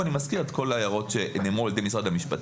ושוב אני מזכיר את כל ההערות שנאמרו על ידי משרד המשפטים.